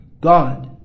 god